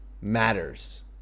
matters